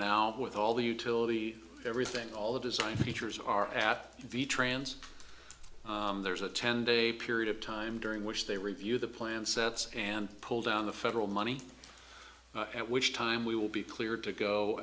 now with all the utility everything all the design features are at the trans there's a ten day period of time during which they review the plan sets and pull down the federal money at which time we will be cleared to go